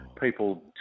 people